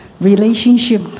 relationship